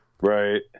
right